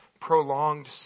prolonged